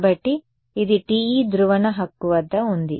కాబట్టి ఇది TE ధ్రువణ వద్ద ఉంది